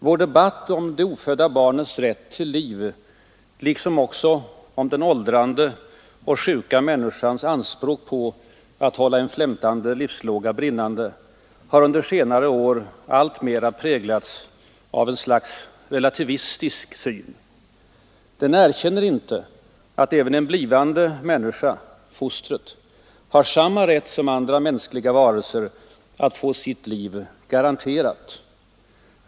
Vår debatt om det ofödda barnets rätt till liv, liksom om den åldrande och sjuka människans anspråk på att hålla en flämtande livslåga brinnande, har under senare år alltmer präglats av ett slags relativistisk syn. Den erkänner inte att även en blivande människa — fostret — har samma rätt som andra mänskliga varelser att få sitt liv garanterat.